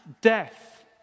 death